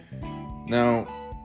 now